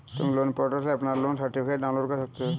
तुम loan portal से अपना लोन सर्टिफिकेट डाउनलोड कर सकते हो